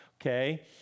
Okay